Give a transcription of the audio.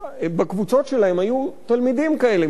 ובקבוצות שלהם היו תלמידים כאלה,